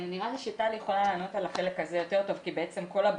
נראה לי שטל יכולה לענות על החלק הזה יותר טוב כי התפקיד